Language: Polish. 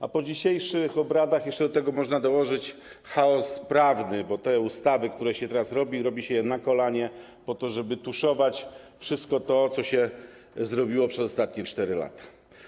A po dzisiejszych obradach jeszcze do tego można dołożyć chaos prawny, bo te ustawy, które się teraz robi, robi się na kolanie po to, żeby tuszować wszystko to, co się zrobiło przez ostatnie 4 lata.